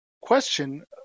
question